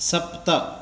सप्त